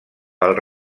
pel